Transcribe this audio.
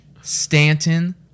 Stanton